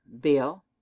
Bill